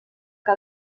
que